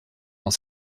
dans